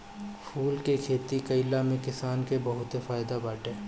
फूल के खेती कईला में किसान के बहुते फायदा बाटे